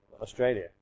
Australia